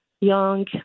young